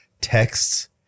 texts